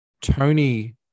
Tony